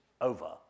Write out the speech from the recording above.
over